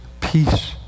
peace